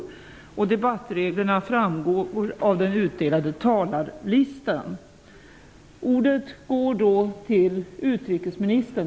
Debattreglerna framgår av den utdelade talarlistan.